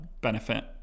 benefit